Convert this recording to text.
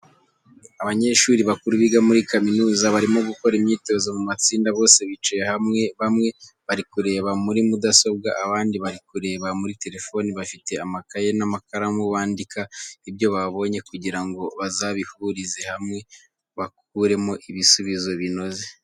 Abanyeshuri bakuru biga muri kaminuza barimo gukora imyitozo mu matsinda bose bicaye hamwe, bamwe bari kureba muri mudasobwa, abandi bari kureba muri telefoni, bafite amakayi n'amakaramu bandika ibyo babonye kugira ngo bazabihurize hamwe bakuremo ibisubizo binoze.